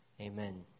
Amen